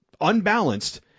unbalanced